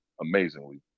amazingly